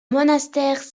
monastère